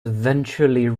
eventually